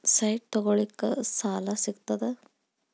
Site ತಗೋಳಿಕ್ಕೆ ಸಾಲಾ ಸಿಗ್ತದಾ?